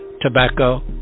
tobacco